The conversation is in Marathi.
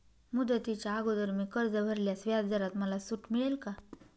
मुदतीच्या अगोदर मी कर्ज भरल्यास व्याजदरात मला सूट मिळेल का?